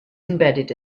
embedded